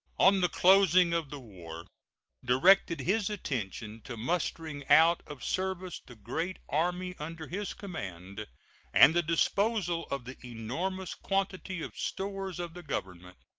on the closing of the war directed his attention to mustering out of service the great army under his command and the disposal of the enormous quantity of stores of the government.